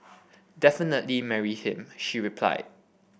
definitely marry him she replied